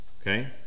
okay